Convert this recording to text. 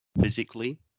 physically